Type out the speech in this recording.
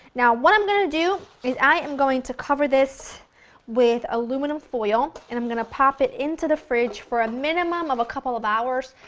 now, what i'm going to do is i am going to cover this with aluminum foil and i'm going to pop this into the fridge for a minimum of a couple of hours,